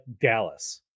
Dallas